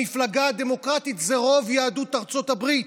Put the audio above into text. המפלגה הדמוקרטית זה רוב יהדות ארצות הברית.